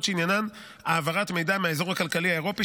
שעניינן העברת מידע מהאזור הכלכלי האירופי,